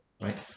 right